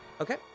Okay